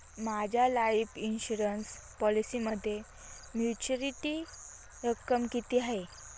माझ्या life insurance पॉलिसीमध्ये maturity रक्कम किती आहे?